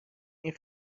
این